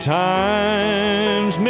times